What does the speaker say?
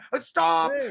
stop